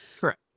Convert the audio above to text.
correct